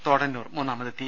Thodannur മൂന്നാമതെത്തി